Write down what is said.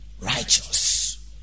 Righteous